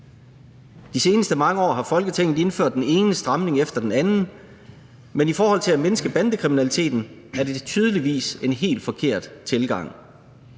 De seneste mange år har Folketinget indført den ene stramning efter den anden, men i forhold til at mindske bandekriminaliteten er det tydeligvis en helt forkert tilgang.